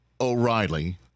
O'Reilly